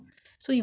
or we